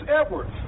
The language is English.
Edwards